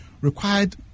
required